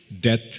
Death